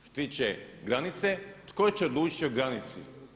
Što se tiče granice, tko će odlučiti o granici?